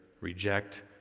reject